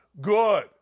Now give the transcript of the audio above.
Good